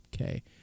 okay